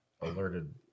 alerted